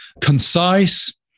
Concise